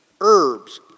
herbs